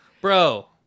bro